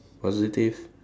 positive